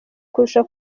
kurusha